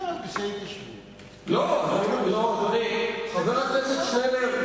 חבר הכנסת שנלר,